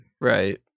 Right